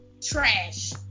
trash